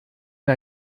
mir